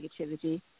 negativity